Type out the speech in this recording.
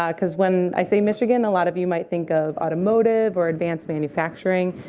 um because, when i say michigan, a lot of you might think of automotive or advanced manufacturing.